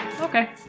Okay